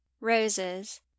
Roses